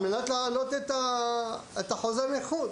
על מנת להעלות את אחוזי הנכות.